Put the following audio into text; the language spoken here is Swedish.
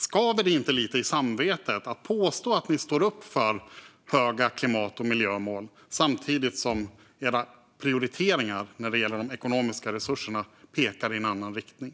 Skaver det inte lite i samvetet att påstå att ni står upp för höga klimat och miljömål samtidigt som era prioriteringar när det gäller de ekonomiska resurserna pekar i en annan riktning?